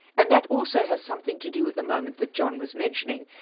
and that also has something to do with the moment that john was mentioning.